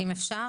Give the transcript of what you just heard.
אם אפשר